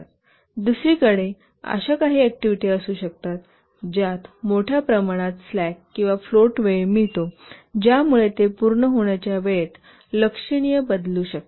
दुसरीकडे अशा काही ऍक्टिव्हिटी असू शकतात ज्यात मोठ्या प्रमाणात स्लॅक किंवा फ्लोट वेळ असतो ज्यामुळे ते पूर्ण होण्याच्या वेळेत लक्षणीय बदलू शकतात